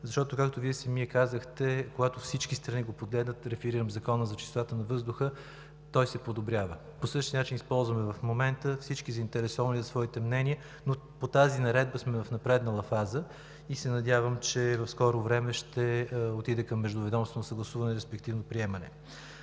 защото, както Вие самият казахте, когато всички страни го погледнат, реферирам Закона за чистотата на въздуха, той се подобрява. По същия начин използваме в момента всички заинтересовани да изразят своите мнения. По тази наредба сме в напреднала фаза и се надявам, че в скоро време ще отиде към междуведомствено съгласуване и, респективно, приемане.